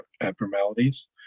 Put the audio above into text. abnormalities